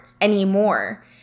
anymore